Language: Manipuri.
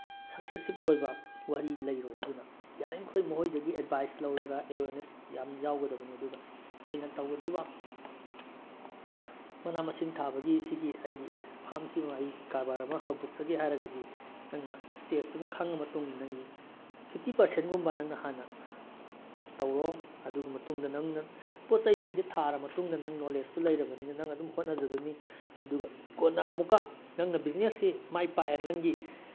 ꯁꯛꯁꯦꯁꯤꯞ ꯑꯣꯏꯕ ꯋꯥꯔꯤ ꯂꯩꯔꯣꯏ ꯑꯗꯨꯅ ꯌꯥꯔꯤꯈꯣꯏ ꯃꯈꯣꯏꯗꯒꯤ ꯑꯦꯠꯚꯥꯏꯁ ꯂꯧꯔꯒ ꯑꯦꯋꯦꯔꯅꯦꯁ ꯌꯥꯝ ꯌꯥꯎꯒꯗꯕꯅꯤ ꯑꯗꯨꯒ ꯑꯩꯅ ꯇꯧꯒꯗꯣꯏꯕ ꯃꯅꯥ ꯃꯁꯤꯡ ꯊꯥꯕꯒꯤ ꯁꯤꯒꯤ ꯑꯩꯒꯤ ꯐꯥꯝꯁꯤꯃ ꯑꯩ ꯀꯔꯕꯥꯔ ꯑꯃ ꯍꯧꯗꯣꯛꯆꯒꯦ ꯍꯥꯏꯔꯒꯗꯤ ꯅꯪꯅ ꯏꯁꯇꯦꯖꯇꯨꯃ ꯈꯪꯉ ꯃꯇꯨꯡ ꯅꯪꯒꯤ ꯐꯤꯞꯇꯤ ꯄꯥꯔꯁꯦꯟꯒꯨꯝꯕ ꯅꯪꯅ ꯍꯥꯟꯅ ꯇꯧꯔꯣ ꯑꯗꯨꯒꯤ ꯃꯇꯨꯡꯗꯅ ꯅꯪꯅ ꯄꯣꯠ ꯆꯩꯁꯤꯡꯁꯦ ꯊꯥꯔ ꯃꯇꯨꯡꯗ ꯅꯪ ꯅꯣꯂꯦꯖꯇꯣ ꯂꯩꯔꯕꯅꯤꯅ ꯅꯪ ꯑꯗꯨꯝ ꯍꯣꯠꯅꯖꯒꯅꯤ ꯑꯗꯨꯒ ꯀꯣꯟꯅ ꯑꯃꯨꯛꯀ ꯅꯪꯅ ꯕꯤꯖꯤꯅꯦꯁꯁꯤ ꯃꯥꯏ ꯄꯥꯛꯑꯦ ꯅꯪꯒꯤ